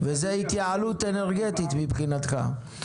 וזו התייעלות אנרגטית מבחינתך.